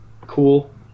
cool